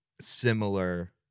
similar